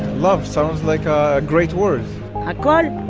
love sounds like a great word hakol, ah and